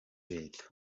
leta